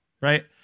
right